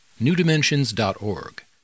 newdimensions.org